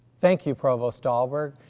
thank you provost dahlberg.